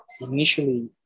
initially